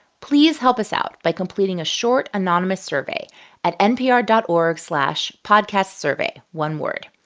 please help us out by completing a short anonymous survey at npr dot org slash podcastsurvey one word.